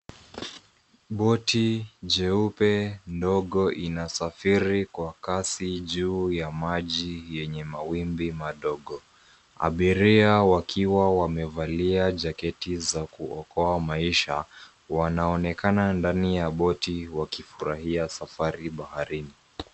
Boti jeupe ndogo inasafiri kwa kasi juu ya maji yenye mawimbi madogo. Abiria wakiwa wamevalia jaketi za kuokoa maisha, wanaonekana ndani ya boti wakifurahia safari baharini.